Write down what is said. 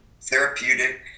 therapeutic